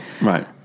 Right